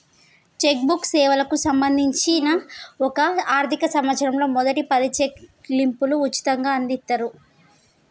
check book సేవలకు సంబంధించి ఒక ఆర్థిక సంవత్సరంలో మొదటి పది చెక్ లీఫ్లు ఉచితంగ అందిత్తరు